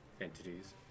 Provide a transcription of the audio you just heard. entities